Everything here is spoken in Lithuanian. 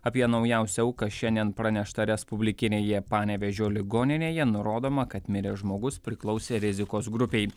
apie naujausią auką šiandien pranešta respublikinėje panevėžio ligoninėje nurodoma kad miręs žmogus priklausė rizikos grupei